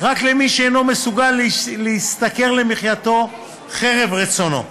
רק למי שאינו מסוגל להשתכר למחייתו חרף רצונו.